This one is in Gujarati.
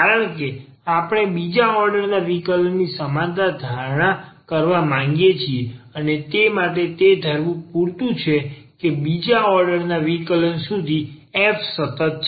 કારણ કે આપણે બીજા ઓર્ડરના વિકલન ની સમાનતા ધારણ કરવા માંગીએ છીએ અને તે માટે તે ધારવું પૂરતું છે કે બીજા ઓર્ડરના વિકલન સુધી f સતત છે